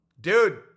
dude